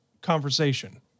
conversation